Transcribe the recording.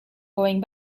going